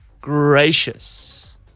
gracious